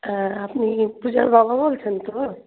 হ্যাঁ আপনি পূজার বাবা বলছেন তো